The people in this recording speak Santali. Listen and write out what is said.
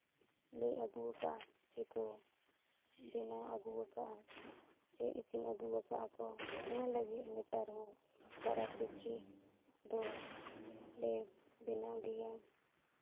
ᱞᱟᱹᱭ ᱟᱹᱜᱩ ᱠᱟᱜᱼᱟ ᱡᱮᱠᱚ ᱵᱮᱱᱟᱣ ᱟᱹᱜᱩ ᱠᱟᱜᱼᱟ ᱪᱮ ᱠᱚ ᱤᱥᱤᱱ ᱟᱹᱜᱩ ᱠᱟᱜᱼᱟ ᱠᱚ ᱚᱱᱟ ᱞᱟᱹᱜᱤᱫ ᱱᱮᱛᱟᱨ ᱦᱚᱸ ᱯᱚᱨᱚᱵᱽ ᱯᱤᱪᱷᱤ ᱦᱚᱸ ᱞᱮ ᱵᱮᱱᱟᱣ ᱜᱮᱭᱟ